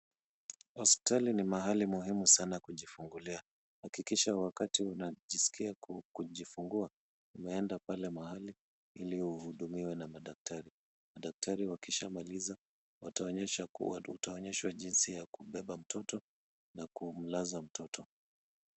Hospitali ni mahali muhimu sana kujifungulia, hakikisha wakati unajiskia kujifungua unaenda ili uhudumiwe na madaktari. Madaktari wakishamaliza utaonyeshwa jinsi ya kumbeba mtoto na kumlaza mtoto.